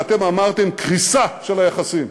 ואתם אמרתם: קריסה של היחסים.